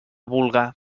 vulga